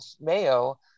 mayo